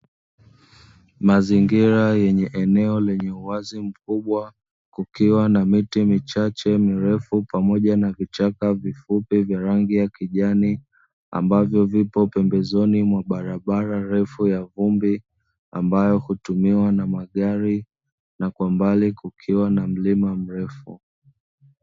Mazingira yenye eneo lenye uwazi mkubwa kukiwa na miti michache mrefu pamoja na vichaka vifupi vya rangi ya kijani, ambavyo vipo pembezoni mwa barabara ndefu ya vumbi ambayo hutumiwa na magari na kwa mbali kukiwa na mlima mrefu.